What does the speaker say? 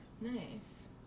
nice